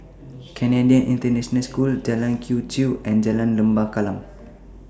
Canadian International School Jalan Quee Chew and Jalan Lembah Kallang